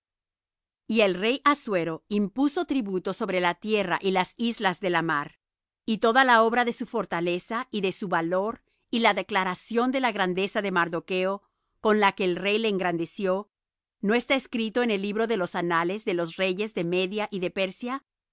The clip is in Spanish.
y el rey assuero impuso tributo sobre la tierra y las islas de la mar y toda la obra de su fortaleza y de su valor y la declaración de la grandeza de mardocho con que el rey le engrandeció no está escrito en el libro de los anales de los reyes de media y de persia